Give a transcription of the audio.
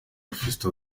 fiston